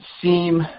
seem